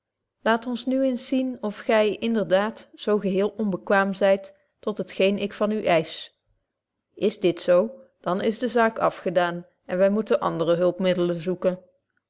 laat ons nu eens zien of gy in der daad zo geheel onbekwaam zyt tot het geen ik van u eisch is dit zo dan is de zaak afgedaan en wy moeten andere hulpmiddelen zoeken